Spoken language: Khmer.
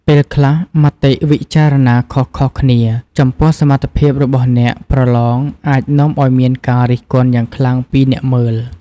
ពេលខ្លះមតិវិចារណាខុសៗគ្នាចំពោះសមត្ថភាពរបស់អ្នកប្រឡងអាចនាំឱ្យមានការរិះគន់យ៉ាងខ្លាំងពីអ្នកមើល។